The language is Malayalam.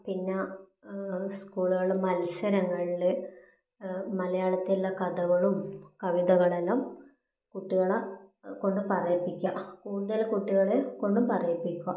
പിന്നെ സ്കൂളുകളിൽ മത്സരങ്ങളിൽ മലയാളത്തിലുള്ള കഥകളും കവിതകളെല്ലാം കുട്ടികളെ കൊണ്ട് പറയിപ്പിക്കുക കൂടുതൽ കുട്ടികളെ കൊണ്ട് പറയിപ്പിക്കുക